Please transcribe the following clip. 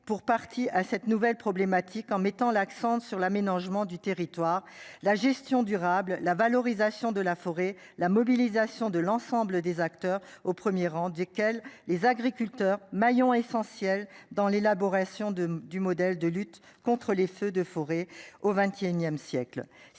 pour partie à cette nouvelle problématique en mettant l'accent sur l'aménagement du territoire, la gestion durable la valorisation de la forêt. La mobilisation de l'ensemble des acteurs au 1er rang desquels les agriculteurs maillon essentiel dans l'élaboration de du modèle de lutte contre les feux de forêt au XXIe siècle